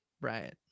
right